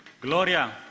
Gloria